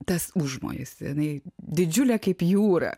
tas užmojis jinai didžiulė kaip jūra